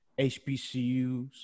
HBCUs